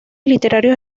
literarios